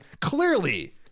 clearly